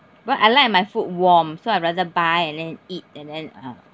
but I like my food warm so I rather buy and then eat and then uh